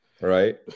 right